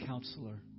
Counselor